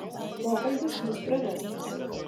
pokalbis bus pravestas